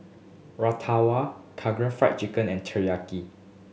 Fry Chicken and Teriyaki